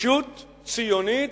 ישות ציונית,